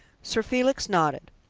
sir felix nodded.